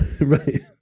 Right